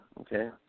Okay